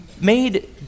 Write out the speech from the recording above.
made